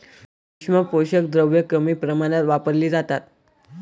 सूक्ष्म पोषक द्रव्ये कमी प्रमाणात वापरली जातात